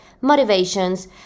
motivations